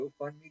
GoFundMe